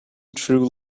true